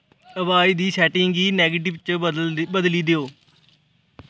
अवाज दी सैटिंग गी नेगेटिव च बदल बदली देओ